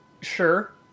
Sure